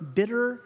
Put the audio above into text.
bitter